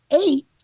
eight